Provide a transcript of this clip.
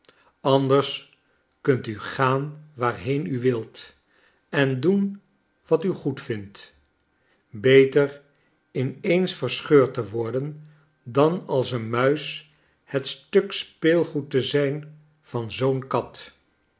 anders kunt u gaan waarheen u wilt en doen wat u goedvindt beter in eens verscheurd te worden dan als een muis het stuk speelgoed te zijn van zoo'n kat